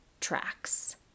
tracks